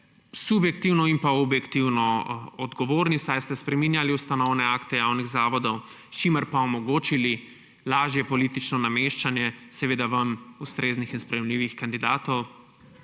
subjektivno in objektivno odgovorni, saj ste spreminjali ustanovne akte javnih zavodov, s čimer pa omogočili lažje politično nameščanje seveda vam ustreznih in sprejemljivih kandidatov,